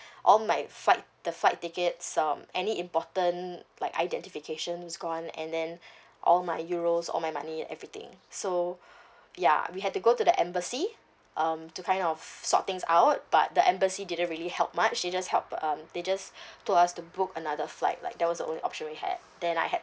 all my flight the flight tickets um any important like identification is gone and then all my euros all my money everything so ya we had to go to the embassy um to kind of sort things out but the embassy didn't really help much she just help um they just told us to book another flight like that was the only option we had then I had